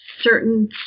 certain